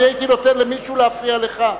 אני הייתי נותן למישהו להפריע לך,